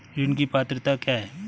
ऋण की पात्रता क्या है?